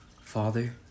Father